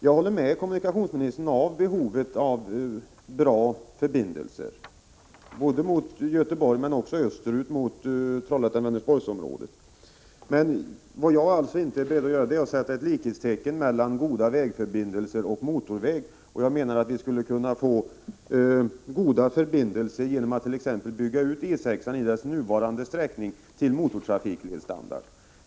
Jag håller med kommunikationsministern när det gäller behovet av bra förbindelser både mot Göteborg och öster ut mot Trollhättan-Vänersborgs-området. För min del vill jag emellertid inte sätta likhetstecken mellan goda vägförbindelser och motorväg. Jag menar att vi skulle kunna få goda förbindelser genom att t.ex. bygga ut E 6-an i dess nuvarande sträckning till motortrafikledsstandard.